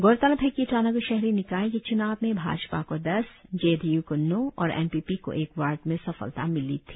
गौरलब है कि ईटानगर शहरी निकाय के च्नाव में भाजपा को दस जे डी यू को नौ और एन पी पी को एक वार्ड में सफलता मिली थी